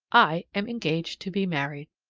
i am engaged to be married.